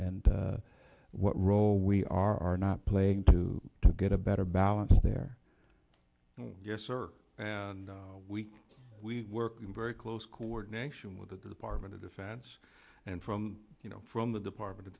d what role we are not playing to to get a better balance there yes sir and we we work very close coordination with the department of defense and from you know from the department of